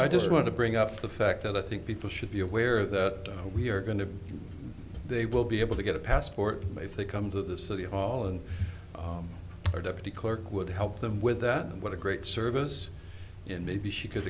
i just want to bring up the fact i think people should be aware that we are going to they will be able to get a passport if they come to the city hall and our deputy clerk would help them with that and what a great service and maybe she could